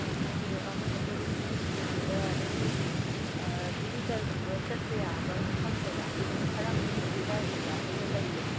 ꯑꯥ ꯍꯥꯏꯗꯤ ꯑꯩꯈꯣꯏꯅ ꯇꯨꯔꯤꯁꯁꯤ ꯄꯨꯕꯗ ꯑꯗꯨꯝ ꯚꯤꯖꯤꯇꯔꯒꯨꯝꯕ ꯆꯠꯄ ꯌꯥꯕ ꯃꯐꯝ ꯖꯒꯥꯗꯤ ꯑꯗꯨꯝ ꯈꯔ ꯃꯈꯩꯗꯤ ꯑꯗꯥꯏ ꯑꯦꯔꯤꯌꯥꯗꯨꯗ ꯂꯩꯌꯦꯕ